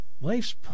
Life's